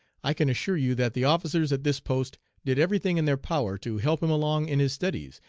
i can assure you that the officers at this post did every thing in their power to help him along in his studies,